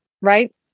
right